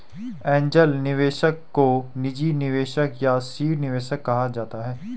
angel निवेशक को निजी निवेशक या सीड निवेशक कहा जाता है